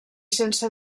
sense